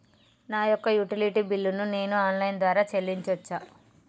నా యొక్క utility bill ను నేను ఆన్ లైన్ ద్వారా చెల్లించొచ్చా?